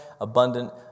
abundant